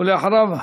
ולאחריו,